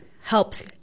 helps